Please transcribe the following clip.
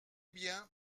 bien